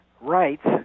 Rights